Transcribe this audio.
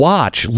Watch